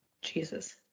Jesus